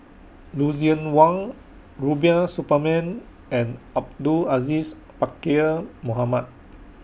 Lucien Wang Rubiah Suparman and Abdul Aziz Pakkeer Mohamed